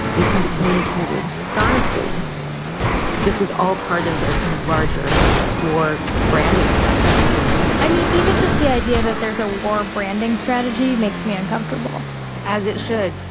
it can be communicated sonically this was all part of their kind of larger war branding strategy i mean, even just the idea that there's a war branding strategy makes me uncomfortable as it should,